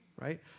Right